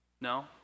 No